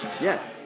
Yes